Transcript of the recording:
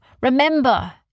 Remember